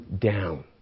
down